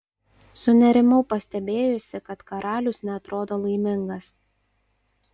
sunerimau pastebėjusi kad karalius neatrodo laimingas